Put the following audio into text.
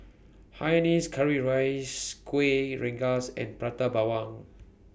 Hainanese Curry Rice Kueh Rengas and Prata Bawang